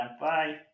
bye